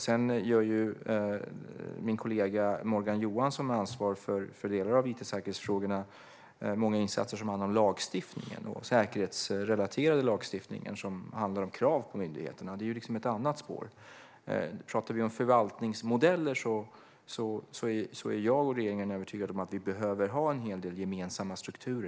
Sedan gör min kollega Morgan Johansson, som har ansvar för delar av it-säkerhetsfrågorna, många insatser när det gäller den säkerhetsrelaterade lagstiftningen, som handlar om krav på myndigheterna. Det är liksom ett annat spår. Talar vi om förvaltningsmodeller är jag och regeringen övertygade om att vi behöver ha en hel del gemensamma strukturer.